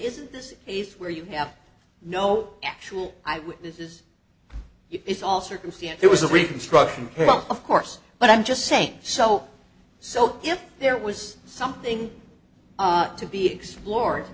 isn't this a case where you have no actual eye witnesses it's all circumstance that was a reconstruction of course but i'm just saying so so if there was something to be explored